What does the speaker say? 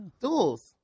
Duels